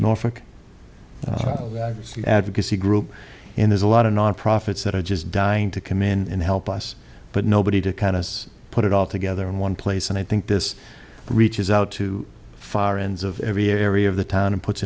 norfolk advocacy group and there's a lot of nonprofits that are just dying to commit and help us but nobody to cut us put it all together in one place and i think this reaches out to far ends of every area of the town and puts